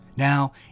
Now